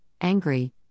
angry